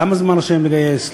כמה זמן רשאים לגייס,